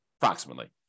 approximately